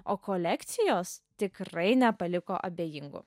o kolekcijos tikrai nepaliko abejingų